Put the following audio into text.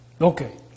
Okay